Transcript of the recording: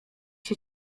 się